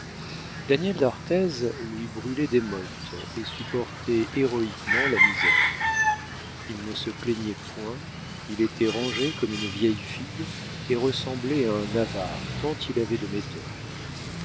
daniel d'arthez lui brûlait des mottes et supportait héroïquement la misère il ne se plaignait point il était rangé comme une vieille fille et ressemblait à un avare tant il avait de méthode